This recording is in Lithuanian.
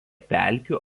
pelkių